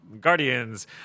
Guardians